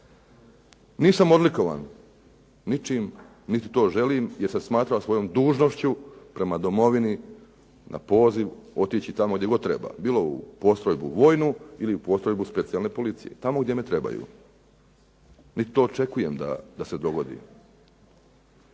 Nisam odlikovan ničim, niti to želim, jer sam smatrao svojom dužnošću prema domovini na poziv otići tamo gdje god treba, bilo u postrojbu vojnu ili postrojbu Specijalne policije. Tamo gdje me trebaju. Niti to očekujem da se dogodi.